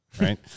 Right